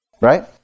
right